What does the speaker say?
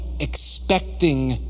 expecting